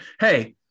Hey